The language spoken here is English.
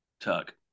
Tuck